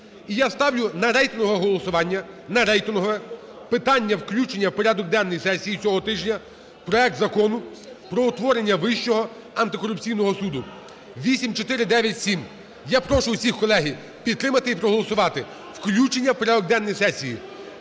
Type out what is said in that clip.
– на рейтингове! – питання включення в порядок денний сесії цього тижня проект Закону про утворення Вищого антикорупційного суду (8497). Я прошу всіх, колеги, підтримати і проголосувати включення в порядок денний сесії.